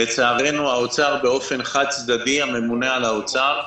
לצערנו האוצר באופן חד-צדדי, הממונה על התקציבים